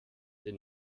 den